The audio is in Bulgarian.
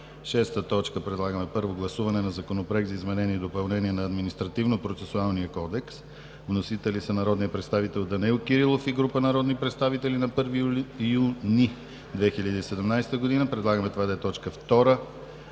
2017 г. 6. Първо гласуване на Законопроекта за изменение и допълнение на административно-процесуалния кодекс. Вносители са народният представител Данаил Кирилов и група народни представители на 1 юни 2017 г. Предлагаме това да е точка втора